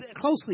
closely